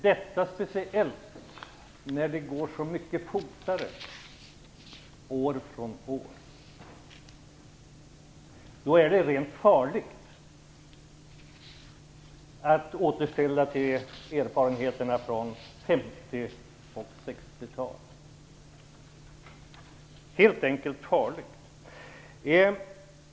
Detta speciellt när det går så mycket fortare år från år. Då är det rent farligt att återkoppla till erfarenheterna från 50 och 60-tal. Det är helt enkelt farligt.